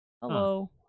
hello